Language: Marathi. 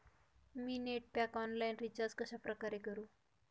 मी नेट पॅक ऑनलाईन रिचार्ज कशाप्रकारे करु?